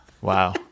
wow